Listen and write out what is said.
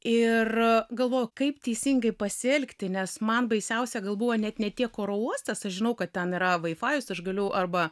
ir galvojau kaip teisingai pasielgti nes man baisiausia gal buvo net ne tiek oro uostas aš žinau kad ten yra vaifajus aš galiu arba